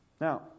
Now